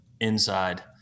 inside